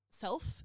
self